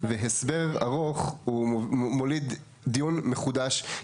והסבר ארוך הוא מוליד דיון מחודש,